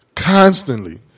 Constantly